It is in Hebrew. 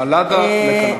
בלדה לקנאביס.